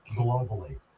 globally